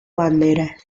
banderas